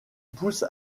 pousse